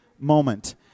moment